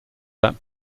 that